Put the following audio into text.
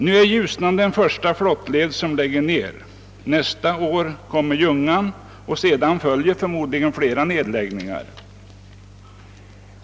Nu är Ljusnan den första flottled som läggs ned. Nästa år blir det Ljungan och sedan följer förmodligen fler nedläggningar.